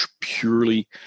purely